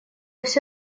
все